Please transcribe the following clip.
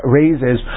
raises